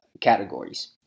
categories